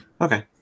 Okay